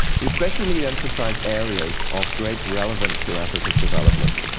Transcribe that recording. we especially emphasize areas of great relevance to africa's development,